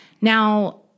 Now